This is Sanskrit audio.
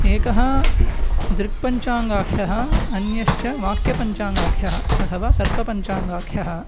एकः दृक्पञ्चाङ्गाख्यः अन्यश्च वाक्यपञ्चाङ्गाख्यः अथवा सर्पपञ्चाङ्गाख्यः